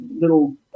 little